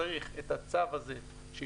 צריך את הצו הזה שיחוקק,